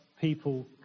people